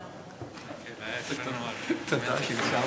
יברך את חבר הכנסת